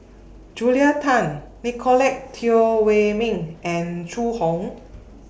Julia Tan Nicolette Teo Wei Min and Zhu Hong